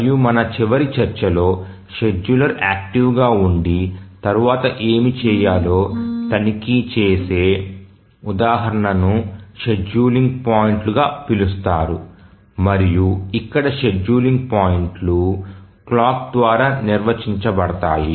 మరియు మన చివరి చర్చలో షెడ్యూలర్ యాక్టివ్గా ఉండి తరువాత ఏమి చేయాలో తనిఖీ చేసే ఉదాహరణను షెడ్యూలింగ్ పాయింట్లుగా పిలుస్తారు మరియు ఇక్కడ షెడ్యూలింగ్ పాయింట్లు క్లాక్ ద్వారా నిర్వచించబడతాయి